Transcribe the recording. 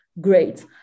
great